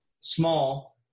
small